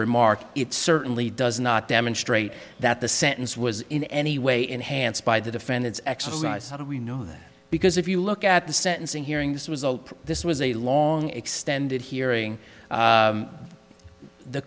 remark it certainly does not demonstrate that the sentence was in any way enhanced by the defendant's exercise and we know that because if you look at the sentencing hearing this was a this was a long extended hearing